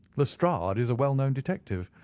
lestrade is a well-known detective.